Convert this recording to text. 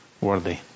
worthy